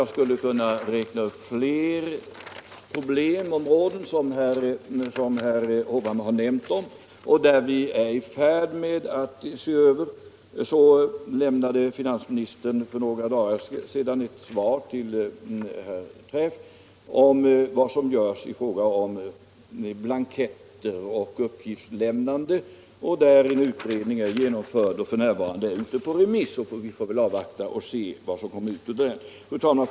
Jag skulle kunna räkna upp flera problemområden som herr Hovhammar nämnde och som vi är i färd med att se över. Exempelvis lämnade finansministern för några dagar sedan ett svar till herr Träff om vad som görs i fråga om blanketter och uppgiftslämnande. Där har genomförts en utredning, som f. n. är ute på remiss. Vi får väl avvakta vad som kommer ut därav. Fru talman!